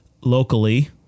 locally